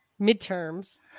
midterms